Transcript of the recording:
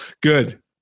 Good